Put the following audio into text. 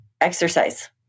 exercise